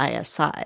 ISI